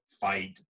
fight